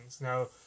Now